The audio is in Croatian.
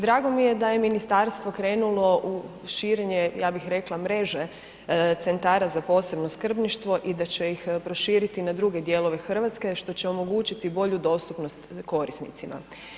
Drago mi je da je ministarstvo krenulo u širenje, ja bih rekla mreže centara za posebno skrbništvo i da će ih proširiti na druge dijelove Hrvatske, što će omogućiti bolju dostupnost korisnicima.